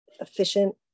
efficient